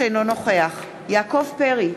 אינו נוכח יעקב פרי,